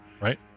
Right